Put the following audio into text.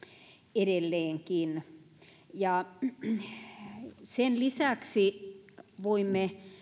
edelleenkin sen lisäksi voimme